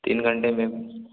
तीन घंटे में